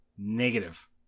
negative